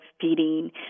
feeding